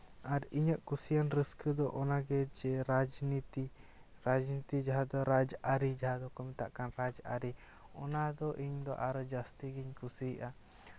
ᱟᱨ ᱤᱧᱟᱹᱜ ᱠᱩᱥᱤᱭᱟᱱ ᱨᱟᱹᱥᱠᱟᱹ ᱫᱚ ᱚᱱᱟᱜᱮ ᱡᱮ ᱨᱟᱡᱽᱼᱱᱤᱛᱤ ᱨᱟᱡᱽᱼᱱᱤᱛᱤ ᱡᱟᱦᱟᱸ ᱫᱚ ᱨᱟᱡᱽᱼᱟᱹᱨᱤ ᱡᱟᱦᱟᱸ ᱫᱚᱠᱚ ᱢᱮᱛᱟᱜ ᱠᱟᱱ ᱨᱟᱡᱽᱼᱟᱹᱨᱤ ᱚᱱᱟᱫᱚ ᱤᱧᱫᱚ ᱟᱨᱚ ᱡᱟᱹᱥᱛᱤ ᱜᱤᱧ ᱠᱩᱥᱤᱭᱟᱜᱼᱟ